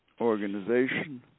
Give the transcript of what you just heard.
organization